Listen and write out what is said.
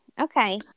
Okay